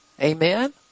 Amen